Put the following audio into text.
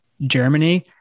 Germany